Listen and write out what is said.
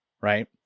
right